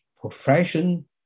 profession